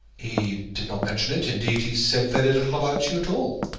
he did not mention it. indeed, he said very little about you at all.